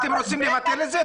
אתם רוצים לבטל את זה?